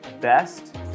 best